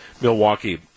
Milwaukee